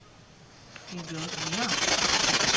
את תומכת במאבק שלנו כבר שלוש